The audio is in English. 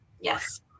Yes